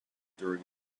during